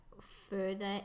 further